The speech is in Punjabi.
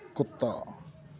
ਕੁੱਤਾ